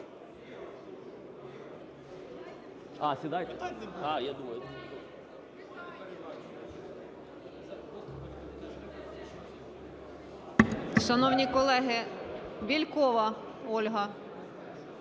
Шановні колеги, Бєлькова Ольга.